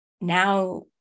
now